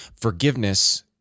Forgiveness